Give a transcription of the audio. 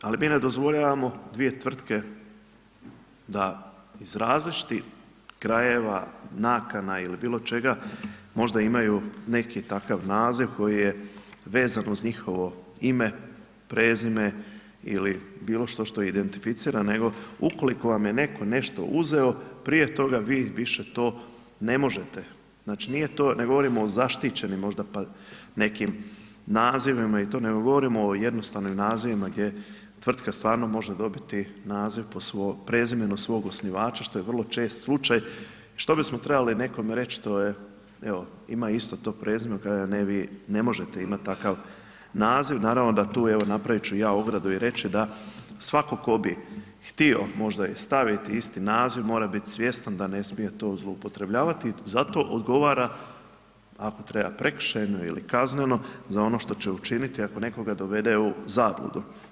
Ali mi ne dozvoljavamo dvije tvrtke da iz različitih krajeva, nakana ili bilo čega možda imaju neki takav naziv koji je vezan uz njihovo ime, prezime ili bilo što što identificira nego ukoliko vam je netko nešto uzeo, prije toga vi više to ne možete, znači ne govorimo o zaštićenim nekim nazivima i to nego govorimo o jednostavnim nazivima gdje tvrtka stvarno može dobiti naziv po prezimenu svog osnivača što je vrlo često slučaj, što bismo trebali nekome reći to je evo ima isto to prezime, ne vi ne možete imati takav naziv, naravno da tu evo napravit ću ja ogradu i reći da svatko tko bi htio možda i staviti isti naziv mora biti svjestan da ne smije to zloupotrebljavati i zato odgovara ako treba prekršajno ili kazneno za ono što će učiniti ako nekoga dovede u zabludu.